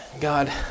God